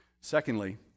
Secondly